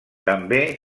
també